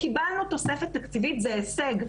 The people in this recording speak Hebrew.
קיבלנו תוספת תקציבית, שזה הישג.